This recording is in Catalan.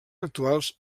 actuals